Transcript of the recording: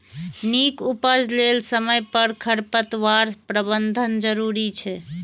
नीक उपज लेल समय पर खरपतवार प्रबंधन जरूरी छै